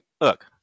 Look